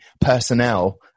personnel